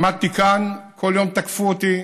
עמדתי כאן, כל יום תקפו אותי,